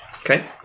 Okay